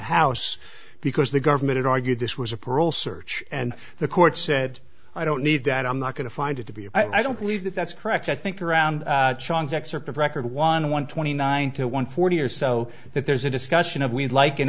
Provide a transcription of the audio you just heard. house because the government argued this was a parole search and the court said i don't need that i'm not going to find it to be i don't believe that that's correct i think around sean's excerpt of record one hundred twenty nine to one forty or so that there's a discussion of we'd like